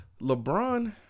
lebron